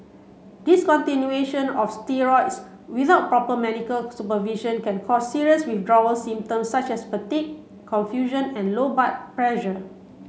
discontinuation of steroids without proper medical supervision can cause serious withdrawal symptoms such as confusion and low